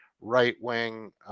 right-wing